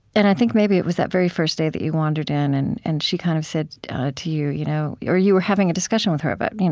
and i think maybe it was that very first day that you wandered in, and and she kind of said to you you know you or you were having a discussion with her about,